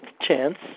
chance